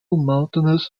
mountainous